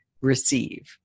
receive